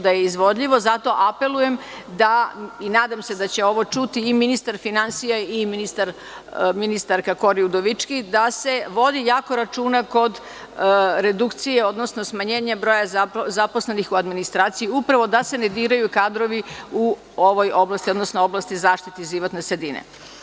Zato apelujem, nadam se da će ovo čuti i ministar finansija i ministarka Kori Udovički, da se vodi računa kod redukcije, odnosno smanjenja broja zaposlenih u administraciji, upravo da se ne diraju kadrovi u ovoj oblasti, odnosno oblasti zaštite životne sredine.